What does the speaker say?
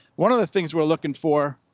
one of the things we're looking for,